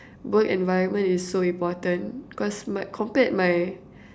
work environment is so important cause my compared my